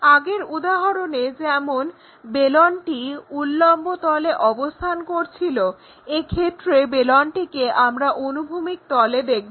আগের উদাহরণে যেমন বেলনটি উল্লম্ব তলে অবস্থান করছিল এক্ষেত্রে বেলনটিকে আমরা অনুভূমিক তলে দেখব